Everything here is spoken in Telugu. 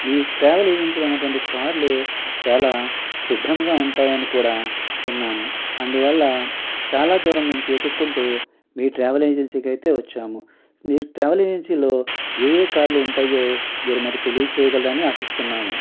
మీ ట్రావెల్ ఏజెన్సీలో ఉన్నటువంటి కార్లు చాలా శుభ్రంగా ఉంటాయని కూడా విన్నాము అందువల్ల చాలా దూరం నుంచి వెతుక్కుంటూ మీ ట్రావెల్ ఏజెన్సీకైతే వచ్చాము మీరు ట్రావెల్ ఏజెన్సీలో ఏ ఏ కార్లు ఉంటాయో మీరు మాకు తెలియజేయగలరని ఆశిస్తున్నాము